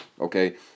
okay